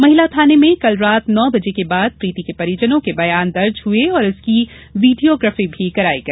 महिला थाने में कल रात नौ बजे के बाद प्रीति के परिजन के बयान दर्ज हुए और इसकी वीडियोग्राफी कराई गई